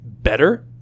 better